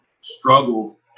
struggle